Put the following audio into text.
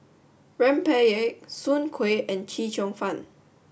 Rempeyek Soon Kueh and Chee Cheong Fun